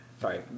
Sorry